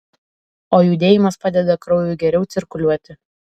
o judėjimas padeda kraujui geriau cirkuliuoti